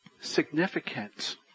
significant